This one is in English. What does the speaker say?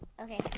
Okay